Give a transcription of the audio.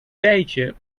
tijdje